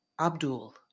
Abdul